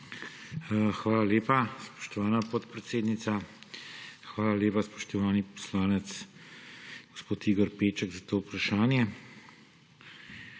Hvala lepa, spoštovana podpredsednica. Hvala lepa, spoštovani poslanec gospod Igor Peček, za to vprašanje.